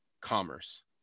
commerce